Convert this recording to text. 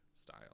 style